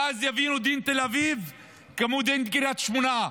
ואז יבינו, דין תל אביב כמו דין קריית שמונה.